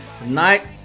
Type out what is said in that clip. tonight